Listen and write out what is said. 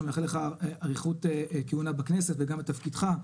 מאחל לך אריכות כהונה בכנסת וגם בתפקידך,